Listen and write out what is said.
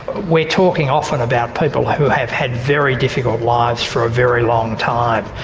we're talking often about people who have had very difficult lives for a very long time,